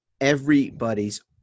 everybody's